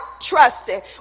trusting